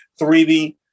3D